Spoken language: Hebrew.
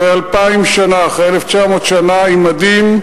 אחרי 2,000 שנה, אחרי 1,900 שנה, במדים,